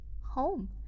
home